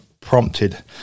prompted